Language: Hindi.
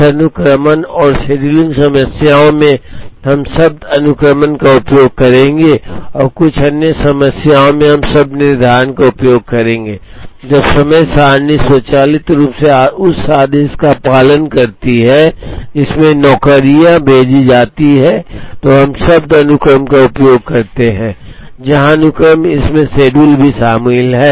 कुछ अनुक्रमण और शेड्यूलिंग समस्याओं में हम शब्द अनुक्रमण का उपयोग करेंगे और कुछ अन्य समस्याओं में हम शब्द निर्धारण का उपयोग करेंगे जब समय सारणी स्वचालित रूप से उस आदेश का पालन करती है जिसमें नौकरियां भेजी जाती हैं तो हम शब्द अनुक्रम का उपयोग करते हैं जहां अनुक्रम इसमें शेड्यूल भी शामिल है